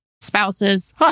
spouses